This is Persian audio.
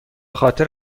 خاطر